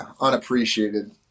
unappreciated